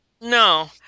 No